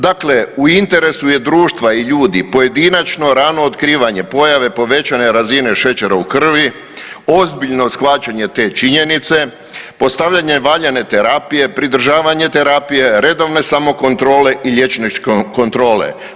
Dakle, u interesu je društva i ljudi pojedinačno rano otkrivanje pojave povećane razine šećera u krvi, ozbiljno shvaćanje te činjenice, postavljanje valjane terapije, pridržavanje terapije, redovne samokontrole i liječničke kontrole.